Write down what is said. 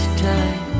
time